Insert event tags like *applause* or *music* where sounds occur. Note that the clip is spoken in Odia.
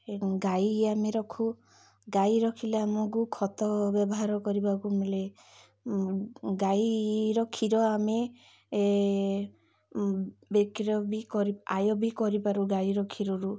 ଗାଈ ଆମେ ରଖୁ ଗାଈ ରଖିଲେ ଆମକୁ ଖତ ବ୍ୟବହାର କରିବାକୁ ମିଳେ ଗାଈର କ୍ଷୀର ଆମେ ବିକ୍ରୟ ବି *unintelligible* ଆୟ ବି କରିପାରୁ ଗାଈର କ୍ଷୀରରୁ